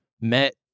met